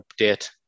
update